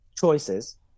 choices